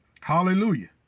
Hallelujah